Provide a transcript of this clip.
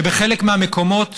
שבחלק מהמקומות